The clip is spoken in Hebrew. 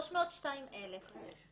302,000 כלי נשק.